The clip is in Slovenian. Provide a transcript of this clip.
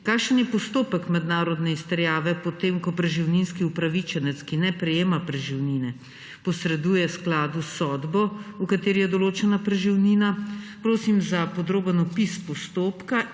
Kakšen je postopek mednarodne izterjave, potem ko družinski upravičenec, ki ne prejema preživnine, posreduje Skladu sodbo, v kateri je določena preživnina? Prosim za podroben opis postopka